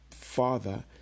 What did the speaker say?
father